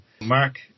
Mark